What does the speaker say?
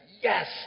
yes